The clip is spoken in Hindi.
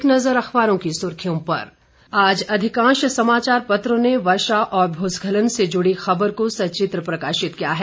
एक नजर अखबारों की सुर्खियों पर आज अधिकांश समाचार पत्रों ने बर्षा और भूस्खलन से जुड़ी खबर को सचित्र प्रकाशित किया है